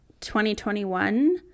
2021